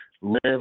live